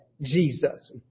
Jesus